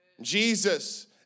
Jesus